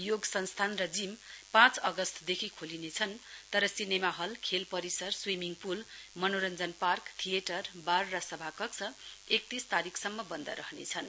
योग संस्थान र जिम पाँच अगस्तदेखि खोलिनेछन् तर सिनेमाहल खेल परिसर स्वीमिङप्रल मनोरञ्जन पार्क थिएटर वार र सभाकक्ष एकतीस तारीकसम्म बन्द रहनेछन्